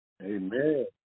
Amen